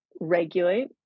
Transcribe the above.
regulate